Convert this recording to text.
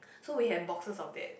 so we had boxes of that